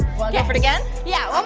yeah for it again? yeah, um